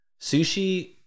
sushi